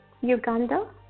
Uganda